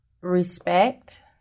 respect